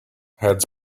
heads